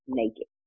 naked